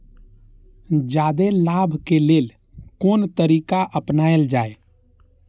जादे लाभ के लेल कोन तरीका अपनायल जाय?